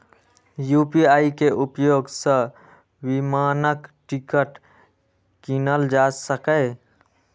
UPI के उपयोग सं विमानक टिकट कीनल जा सकैए